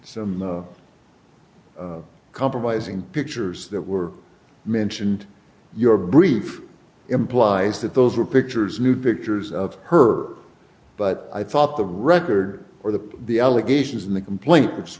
perv compromising pictures that were mentioned your brief implies that those were pictures nude pictures of her but i thought the record or the the allegations in the complaint